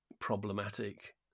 problematic